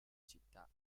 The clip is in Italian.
città